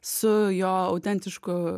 su jo autentišku